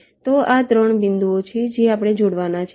તો આ 3 બિંદુઓ છે જે આપણે જોડવાના છે